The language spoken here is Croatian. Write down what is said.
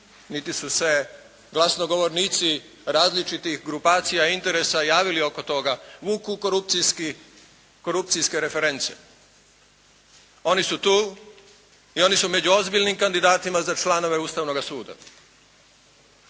niti su se glasnogovornici različitih grupacija i interesa javili oko toga. Vuku korupcijski, korupcijske reference. Oni su tu i oni su među ozbiljnim kandidatima za članove Ustavnoga suda.